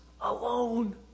alone